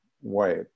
white